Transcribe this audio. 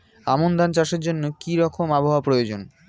আমন ধান চাষের জন্য কি রকম আবহাওয়া প্রয়োজন?